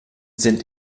sind